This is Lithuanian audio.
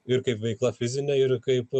ir kaip veikla fizinė ir kaip